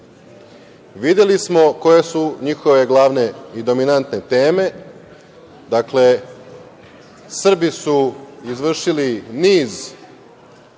smo koje su njihove glavne i dominantne teme. Dakle, Srbi su izvršili niz